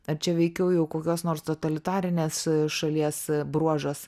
ar čia veikiau jau kokios nors totalitarinės šalies bruožas